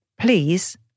please